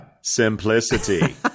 simplicity